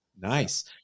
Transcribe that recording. Nice